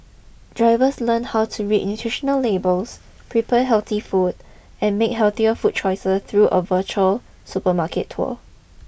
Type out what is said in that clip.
drivers learn how to read nutritional labels prepare healthy food and make healthier food choices through a virtual supermarket tour